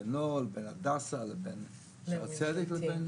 בינו לבין הדסה לבין שערי צדק לבין